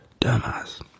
dumbass